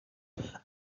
and